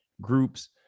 groups